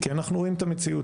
כי אנחנו רואים את המציאות,